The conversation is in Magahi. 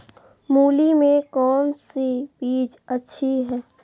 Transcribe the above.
मूली में कौन सी बीज अच्छी है?